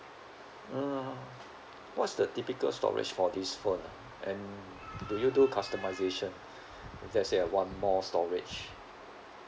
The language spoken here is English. uh what's the typical storage for this phone ah and do you do customisation if let's say I want more storage